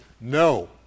no